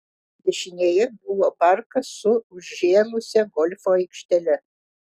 dešinėje buvo parkas su užžėlusia golfo aikštele